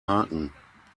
haken